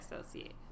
associate